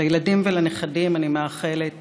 לילדים ולנכדים אני מאחלת